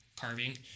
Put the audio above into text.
carving